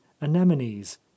anemones